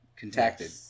contacted